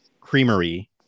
creamery